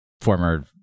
former